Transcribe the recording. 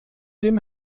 dem